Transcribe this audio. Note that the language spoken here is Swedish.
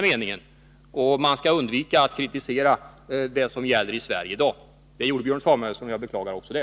Man skall undvika att kritisera det som gäller i Sverige i dag. Det gjorde Björn Samuelson, och jag beklagar också det.